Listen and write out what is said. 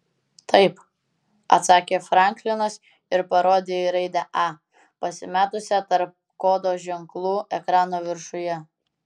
taip atsakė franklinas ir parodė į raidę a pasimetusią tarp kodo ženklų ekrano viršuje